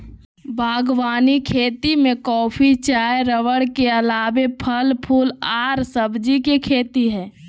बागवानी खेती में कॉफी, चाय रबड़ के अलावे फल, फूल आर सब्जी के खेती हई